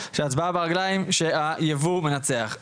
שההצבעה ברגליים היא שהייבוא מנצח.